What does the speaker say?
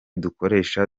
dukoresha